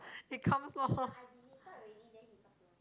it comes off